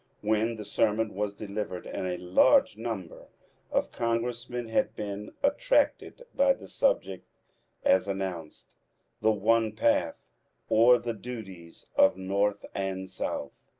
when the sermon was delivered, and a large number of congressmen had been attracted by the subject as announced the one path or, the duties of north and south.